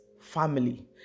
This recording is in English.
family